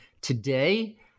today